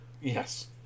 Yes